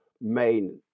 main